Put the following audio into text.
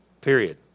Period